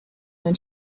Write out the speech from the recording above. when